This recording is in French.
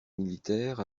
militaires